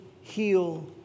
heal